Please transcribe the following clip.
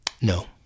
No